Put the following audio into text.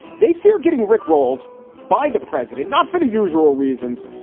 they fear getting rick rolled by the president not for the usual reasons,